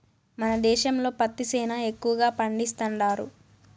మన దేశంలో పత్తి సేనా ఎక్కువగా పండిస్తండారు